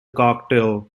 cocktail